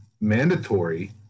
mandatory